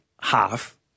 half